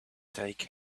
take